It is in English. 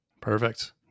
Perfect